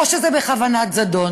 או שזה בכוונת זדון,